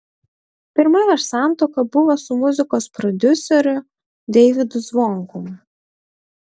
pirma jos santuoka buvo su muzikos prodiuseriu deivydu zvonkum